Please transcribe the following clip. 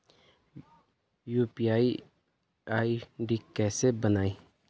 UPI ID कैसे बनायें?